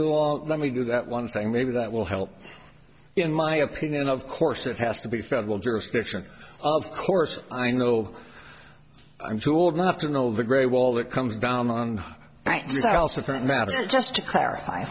law let me do that one thing maybe that will help in my opinion of course it has to be federal jurisdiction of course i know i'm too old not to know the great wall that comes down on